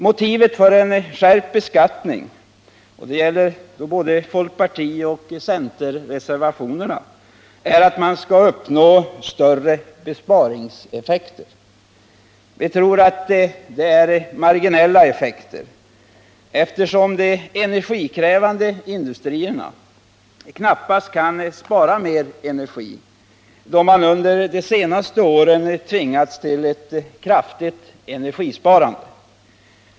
Motivet för en skärpt beskattning — det gäller både folkpartioch centerreservationerna — är att man vill uppnå större besparingseffekter. Vi tror att dessa effekter blir marginella, eftersom de energikrävande industrierna knappast kan spara mer energi — de har redan under de senaste åren tvingats till ett kraftigt energisparande.